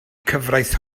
cyfraith